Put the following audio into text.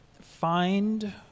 find